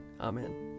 Amen